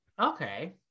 Okay